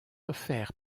offert